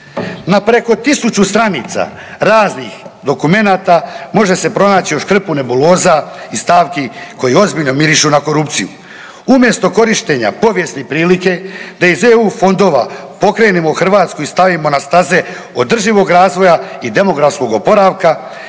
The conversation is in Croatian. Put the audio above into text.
No preko 1000 stranica raznih dokumenta može se pronaći još hrpu nebuloza i stavki koji ozbiljno mirišu na korupciju. Umjesto korištenja povijesne prilike da iz EU fondova pokrenemo Hrvatsku i stavimo na staze održivog razvoja i demografskog oporavka